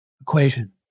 equation